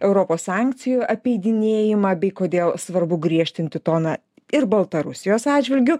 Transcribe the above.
europos sankcijų apeidinėjimą bei kodėl svarbu griežtinti toną ir baltarusijos atžvilgiu